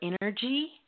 energy